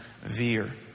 Veer